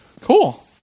Cool